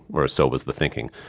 or so was the thinking.